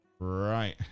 Right